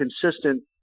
consistent